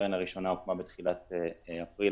הקרן הראשונה הוקמה בתחילת אפריל,